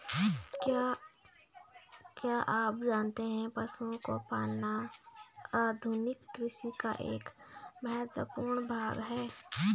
क्या आप जानते है पशुओं को पालना आधुनिक कृषि का एक महत्वपूर्ण भाग है?